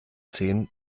zehn